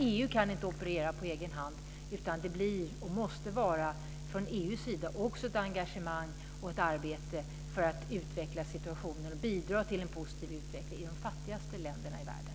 EU kan inte operera på egen hand. Det måste också från EU:s sida vara ett engagemang och ett arbete för att utveckla situationen och bidra till en positiv utveckling i de fattigaste länderna i världen.